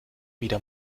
wieder